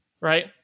right